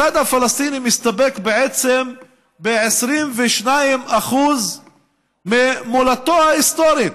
הצד הפלסטיני מסתפק בעצם ב-22% ממולדתו ההיסטורית,